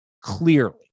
clearly